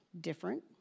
different